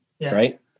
right